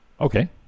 Okay